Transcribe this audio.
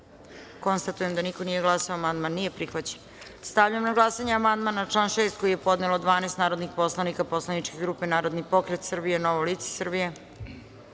konstatujem da niko nije glasao. Amandman nije prihvaćen. Stavljam na glasanje amandman na član 7. koji je podnelo 12 narodnih poslanika poslaničke grupe Narodni pokret Srbije – Novo lice